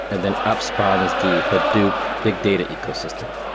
and then upspawn's the hadoop big data ecosystem.